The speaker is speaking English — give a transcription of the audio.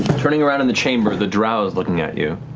turning around in the chamber, the drow is looking at you